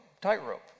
tightrope